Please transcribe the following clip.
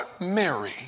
Mary